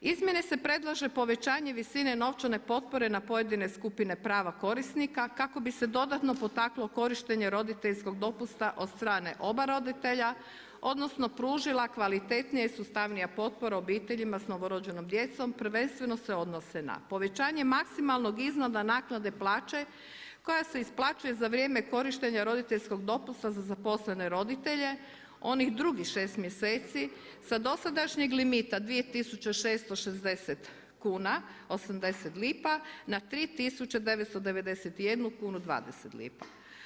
Izmjene se predlaže povećanje novčane potpore na pojedine skupine prava korisnika kako bi se dodatno potaklo korištenje roditeljskog dopusta od strane oba roditelja, odnosno pružila kvalitetnija i sustavnija potpora obiteljima s novorođenom djecom prvenstveno se odnose na povećanje maksimalnog iznosa naknade plaće koja se isplaćuje za vrijeme korištenja roditeljskog dopusta za zaposlene roditelje, onih drugih 6 mjeseci sa dosadašnjeg limita 2660 kuna 80 lipa na 3991 kunu 20 lipa.